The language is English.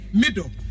middle